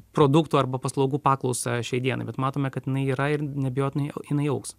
produktų arba paslaugų paklausą šiai dienai bet matome kad jinai yra ir neabejotinai jinai augs